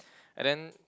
and then